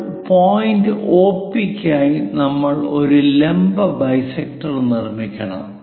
ഇപ്പോൾ point OP യ്ക്കായി നമ്മൾ ഒരു ലംബ ബൈസെക്ടർ നിർമ്മിക്കണം